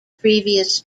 previous